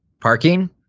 Parking